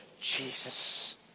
Jesus